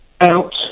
Out